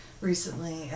recently